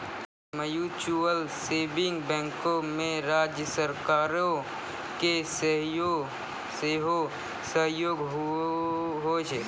mutual saving बैंको मे राज्य सरकारो के सेहो सहयोग होय छै